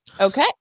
Okay